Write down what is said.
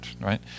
right